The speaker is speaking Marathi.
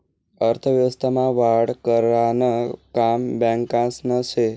अर्थव्यवस्था मा वाढ करानं काम बॅकासनं से